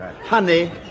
Honey